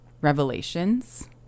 revelations